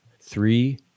Three